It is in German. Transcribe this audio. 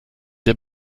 der